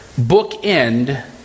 bookend